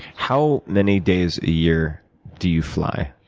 how many days a year do you fly?